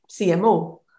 CMO